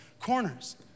corners